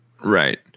Right